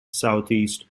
southeast